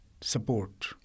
support